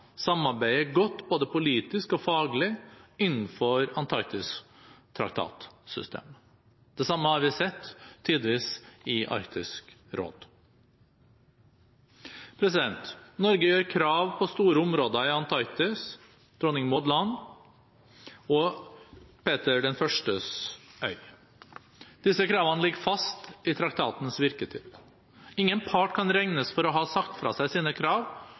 godt både politisk og faglig innenfor Antarktistraktatsystemet. Det samme har vi tidvis sett i Arktisk råd. Norge gjør krav på store områder i Antarktis, Dronning Maud land og Peter I øy. Disse kravene ligger fast i traktatens virketid. Ingen part kan regnes for å ha sagt fra seg sine krav,